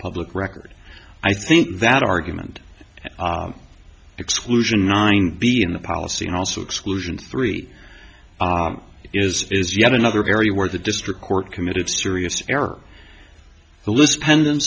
public record i think that argument exclusion nine be in the policy also exclusion three is is yet another area where the district court committed serious error the list pendant